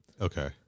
Okay